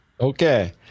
okay